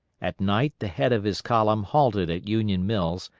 at night the head of his column halted at union mills,